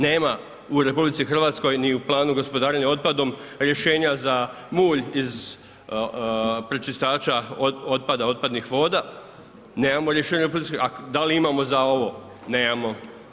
Nema u RH ni u planu gospodarenja otpadom rješenja za mulj iz pročistača otpada, otpadnih voda, nemamo rješenja političkih a da li imamo za ovo, nemamo.